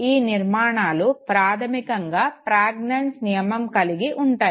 ఈ నిర్మాణాలు ప్రాధమికంగా ప్రజ్ఞాంజ్ నియమం కలిగి ఉంటాయి